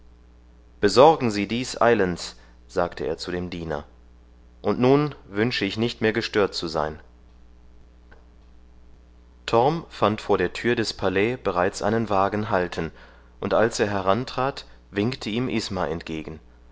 besorgen sie dies eilends sagte er zu dem diener und nun wünsche ich nicht mehr gestört zu sein torm fand vor der tür des palais bereits einen wagen halten und als er herantrat winkte ihm isma entgegen